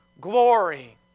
glory